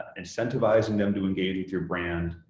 incentivizing them to engage with your brand,